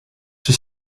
czy